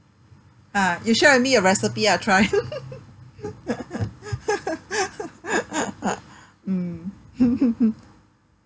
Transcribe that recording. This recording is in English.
ah you share with me your recipe I try mm